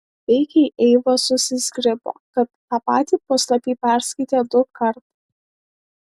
veikiai eiva susizgribo kad tą patį puslapį perskaitė dukart